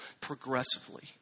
progressively